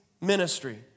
ministry